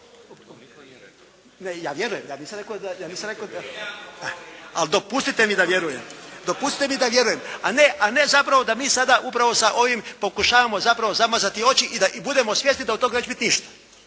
Ja vjerujem, ja nisam rekao da… …/Upadica se ne čuje./… Ali dopustite mi da vjerujem. A ne zapravo da mi sada upravo sa ovim pokušavamo zapravo zamazati oči i da budemo svjesni da od toga neće biti ništa.